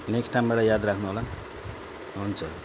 next टाइमबाट याद राख्नु होला हुन्छ